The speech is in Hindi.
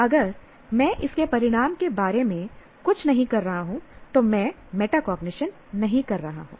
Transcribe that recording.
अगर मैं उसके परिणाम के बारे में कुछ नहीं कर रहा हूं तो मैं मेटाकॉग्निशन नहीं कर रहा हूं